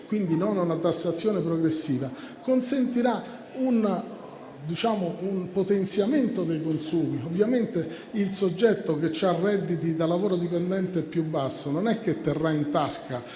quindi non a una tassazione progressiva, consentirà un potenziamento dei consumi. Ovviamente il soggetto che ha redditi da lavoro dipendente più bassi non terrà in tasca